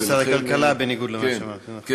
משרד הכלכלה, בניגוד למה שאמרתי.